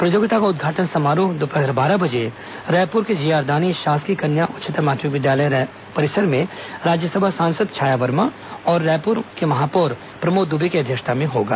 प्रतियोगिता का उद्घाटन समारोह दोपहर बारह बजे रायपुर के जेआर दानी शासकीय कन्या उच्चतर माध्यमिक विद्यालय रायपुर में राज्यसभा सांसद छाया वर्मा और रायपुर महापौर प्रमोद दुबे की अध्यक्षता में होगा